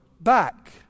back